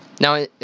Now